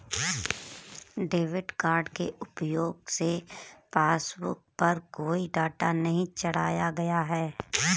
debit card के प्रयोग से पासबुक पर कोई डाटा नहीं चढ़ाया गया है